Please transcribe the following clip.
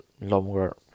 longer